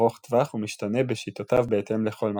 ארוך-טווח ומשתנה בשיטותיו בהתאם לכל מצב.